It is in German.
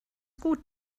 gut